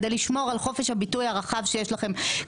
כדי לשמור על חופש הביטוי הרחב שיש לכם,